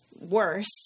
worse